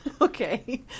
Okay